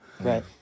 Right